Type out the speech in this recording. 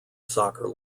soccer